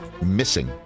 missing